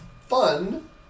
fun